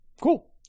Cool